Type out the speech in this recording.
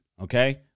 okay